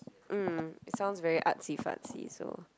mm it sounds very artsy fartsy so